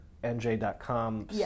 NJ.com